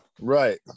Right